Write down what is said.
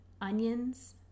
onions